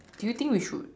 do you think we should